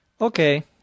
Okay